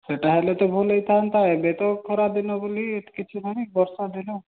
ସେଟା ହେଲେ ତ ଭଲ ହେଇଥାନ୍ତା ଏବେ ତ ଖରାଦିନ ବୋଲି କିଛି ନାଇଁ ବର୍ଷା ଦିନ